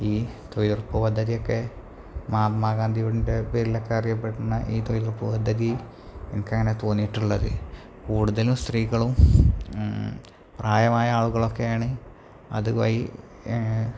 ഈ തൊഴിലുറപ്പ് പദ്ധതിയൊക്കെ മഹാത്മാ ഗാന്ധിയുടെ പേരിലൊക്കെ അറിയപ്പെടുന്ന ഈ തൊഴിലുറപ്പ് പദ്ധതി എനിക്കങ്ങനെ തോന്നിയിട്ടുള്ളത് കൂടുതല് സ്ത്രീകളും പ്രായമായ ആളുകളൊക്കെയാണ് അതുവഴി